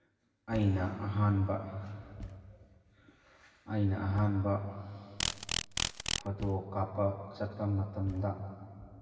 ꯑꯩꯅ ꯑꯍꯥꯟꯕ ꯑꯩꯅ ꯑꯍꯥꯟꯕ ꯐꯣꯇꯣ ꯀꯥꯞꯄ ꯆꯠꯄ ꯃꯇꯝꯗ